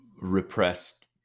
repressed